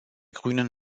grünen